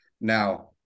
Now